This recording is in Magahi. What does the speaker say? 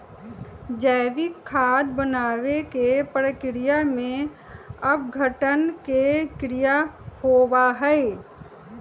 जैविक खाद बनावे के प्रक्रिया में अपघटन के क्रिया होबा हई